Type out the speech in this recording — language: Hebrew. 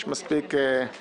יש מספיק מתחים פה.